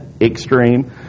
extreme